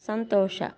ಸಂತೋಷ